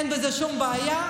אין בזה שום בעיה,